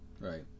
Right